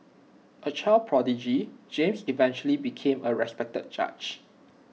A child prodigy James eventually became A respected judge